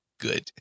good